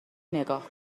نگاه